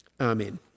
Amen